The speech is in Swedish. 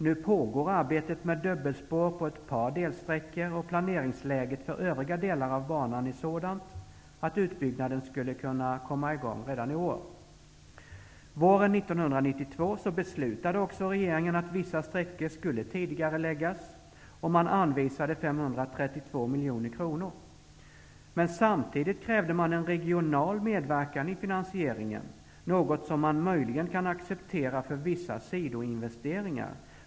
Nu pågår arbetet med dubbelspår på ett par delsträckor, och planeringsläget för övriga delar av banan är sådant att utbyggnaden skulle kunna komma i gång redan i år. Våren 1992 beslutade också regeringen att vissa sträckor skulle tidigareläggas, och man anvisade 532 miljoner kronor. Men samtidigt krävde man en regional medverkan i finansieringen, något som man möjligen kan acceptera för vissa sidoinvesteringar.